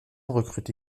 recrute